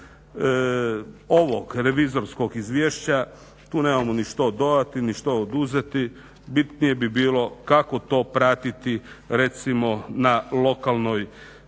ovog revizorskog izvješća, tu nemamo ni što dodati, ni što oduzeti bitnije bi bilo kako to pratiti recimo na lokalnoj